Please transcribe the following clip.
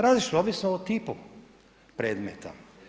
Različito, ovisno o tipu predmeta.